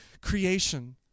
creation